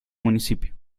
municipio